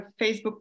Facebook